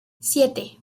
siete